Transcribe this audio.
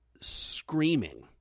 screaming